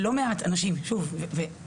לא מעט אנשים ופגשתי